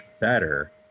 better